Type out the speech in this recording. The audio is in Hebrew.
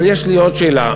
אבל יש לי עוד שאלה.